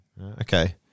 Okay